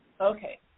Okay